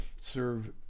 serve